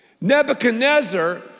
Nebuchadnezzar